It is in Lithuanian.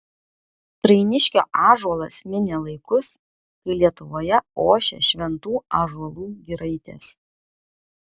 trainiškio ąžuolas minė laikus kai lietuvoje ošė šventų ąžuolų giraitės